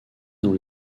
dans